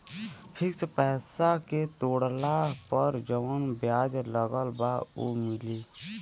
Fix पैसा के तोड़ला पर जवन ब्याज लगल बा उ मिली?